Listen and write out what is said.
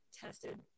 tested